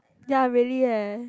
ya really eh